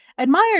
admired